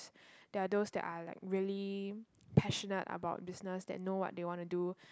there are those that are like really passionate about business they know what they want to do